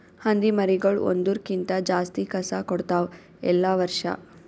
ಹಂದಿ ಮರಿಗೊಳ್ ಒಂದುರ್ ಕ್ಕಿಂತ ಜಾಸ್ತಿ ಕಸ ಕೊಡ್ತಾವ್ ಎಲ್ಲಾ ವರ್ಷ